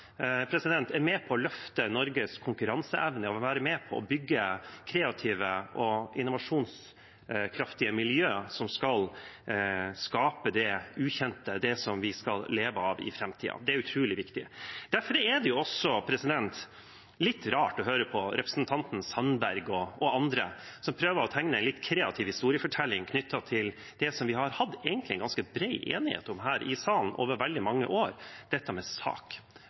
er med på å løfte Norges konkurranseevne og bygge kreative og innovasjonskraftige miljøer som skal skape det ukjente – det vi skal leve av i framtiden. Det er utrolig viktig. Derfor er det litt rart å høre representanten Sandberg og andre prøve å tegne en litt kreativ historiefortelling knyttet til det vi egentlig har hatt en ganske bred enighet om her i salen over veldig mange år – dette med SAK: